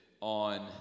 on